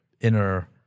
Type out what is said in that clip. inner